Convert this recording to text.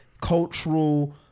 cultural